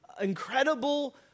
incredible